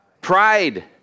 Pride